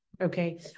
okay